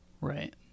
Right